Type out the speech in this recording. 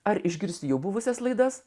ar išgirs jų buvusias laidas